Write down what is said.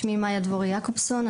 שמי מאיה דבורי יעקבסון,